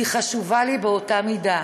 היא חשובה לי באותה מידה.